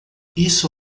isso